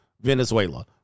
Venezuela